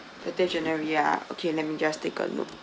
thirtieth jan ya okay let me just take a look